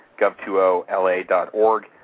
gov2oLA.org